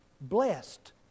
Blessed